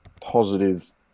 positive